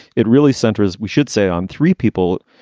it really centers, we should say, on three people.